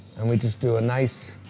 and we just do a nice.